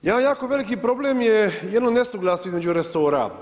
Jedan jako veliki problem je jedno nesuglasje između resora.